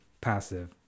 passive